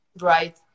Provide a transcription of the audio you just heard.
Right